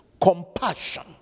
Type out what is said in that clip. Compassion